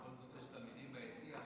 בכל זאת יש תלמידים ביציע,